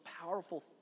powerful